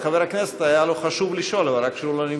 לחבר הכנסת היה חשוב לשאול, רק שהוא לא נמצא.